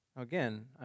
again